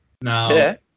now